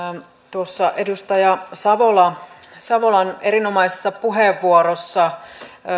tuossa edustaja savolan erinomaisessa puheenvuorossa